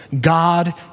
God